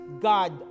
god